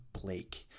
Blake